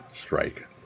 strike